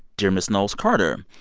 dear miss knowles-carter,